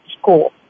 school